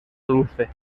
dulce